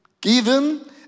given